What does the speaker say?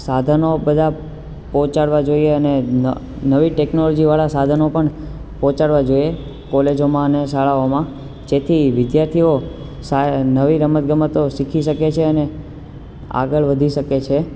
સાધનો બધા પહોંચાડવા જોઈએ અને નવી ટેકનોલોજી વાળા સાધનો પણ પહોંચાડવા જોઈએ કોલેજોમાં અને શાળાઓમાં જેથી વિદ્યાર્થીઓ નવી રમત ગમતો શીખી શકે છે અને આગળ વધી શકે છે